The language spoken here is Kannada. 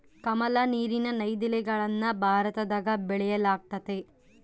ಕಮಲ, ನೀರಿನ ನೈದಿಲೆಗಳನ್ನ ಭಾರತದಗ ಬೆಳೆಯಲ್ಗತತೆ